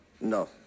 No